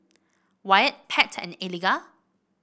Wyatt Pat and Eliga